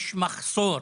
יש מחסור